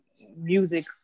music